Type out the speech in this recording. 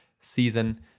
season